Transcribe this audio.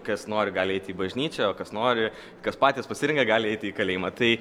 kas nori gali eiti į bažnyčią o kas nori kas patys pasirenka gali eiti į kalėjimą tai